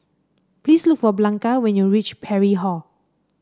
please look for Blanca when you reach Parry Hall